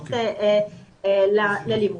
הזכות ללימוד.